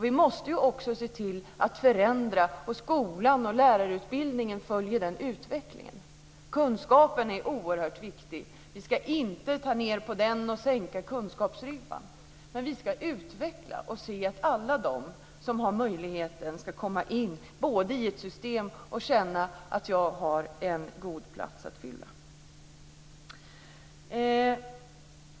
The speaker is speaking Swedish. Vi måste se till att förändra så att skolan och lärarutbildningen följer den utvecklingen. Kunskaperna är oerhört viktiga. Vi ska inte sänka kunskapsribban. Men vi ska utveckla skolan, så att alla som har möjlighet kommer in i systemet och känner att de har en plats att fylla.